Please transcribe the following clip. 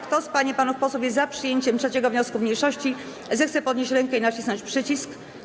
Kto z pań i panów posłów jest za przyjęciem 3. wniosku mniejszości, zechce podnieść rękę i nacisnąć przycisk.